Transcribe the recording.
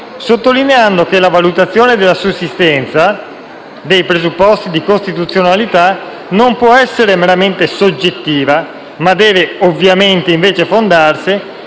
sottolineando che la valutazione della sussistenza dei presupposti di costituzionalità non può essere meramente soggettiva, ma deve ovviamente fondarsi